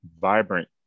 vibrant